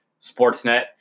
Sportsnet